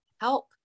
help